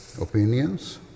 opinions